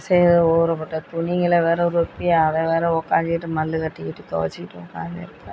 சரி ஊற போட்ட துணிங்களை வேறு ரொப்பி அதை வேறு உட்காந்துக்கிட்டு மல்லுக்கட்டிக்கிட்டு துவைச்சுக்கிட்டு உட்கார்ந்திருப்பேன்